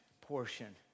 portion